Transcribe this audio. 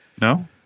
No